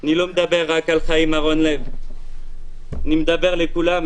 אני לא מדבר רק על א', אני מדבר על כולם.